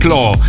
Law